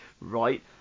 Right